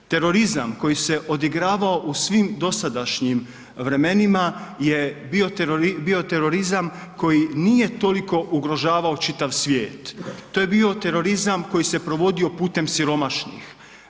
Terorizam koji se odigravao u svim dosadašnjim vremenima je bio terorizam koji nije toliko ugrožavao čitav svijet, to je bio terorizam koji se provodio putem siromašnih.